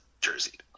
jersey